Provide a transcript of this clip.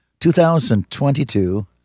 2022